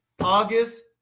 August